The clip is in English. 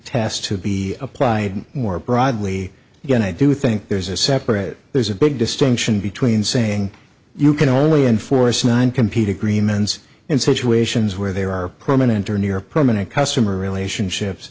test to be applied more broadly yes i do think there's a separate there's a big distinction between saying you can only enforce nine compete agreements in situations where there are permanent or near permanent customer relationships